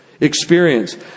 experience